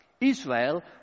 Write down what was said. Israel